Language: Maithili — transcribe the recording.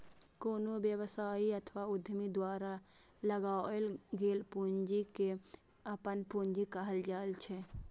कोनो व्यवसायी अथवा उद्यमी द्वारा लगाओल गेल पूंजी कें अपन पूंजी कहल जाइ छै